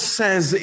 says